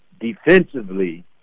defensively